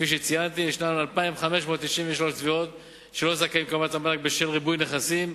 יש 2,593 תביעות של לא-זכאים לקבלת המענק בשל ריבוי נכסים.